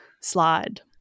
slide